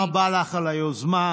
תודה רבה לך על היוזמה.